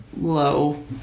low